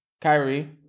Kyrie